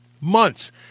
months